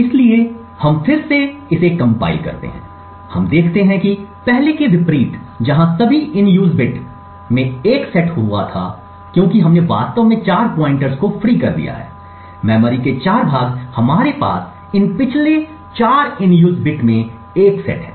इसलिए हम फिर से कंपाइल करते हैं हम देखते हैं कि पहले के विपरीत जहां सभी इन यूज बिट 1 में सेट किए गए थे क्योंकि हमने वास्तव में 4 पॉइंटर्स को फ्री कर दिया है मेमोरी के 4 भाग हमारे पास इन पिछले 4 इन यूज बिट में 1 सेट हैं